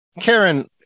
Karen